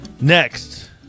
Next